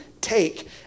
take